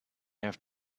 have